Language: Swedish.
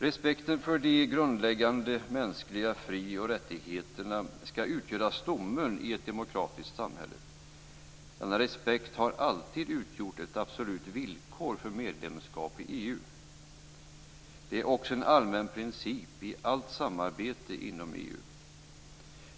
Respekten för de grundläggande mänskliga frioch rättigheterna skall utgöra stommen i ett demokratiskt samhälle. Denna respekt har alltid utgjort ett absolut villkor för medlemskap i EU. Det är också en allmän princip i allt samarbete inom EU.